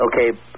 Okay